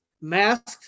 masked